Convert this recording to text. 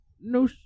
no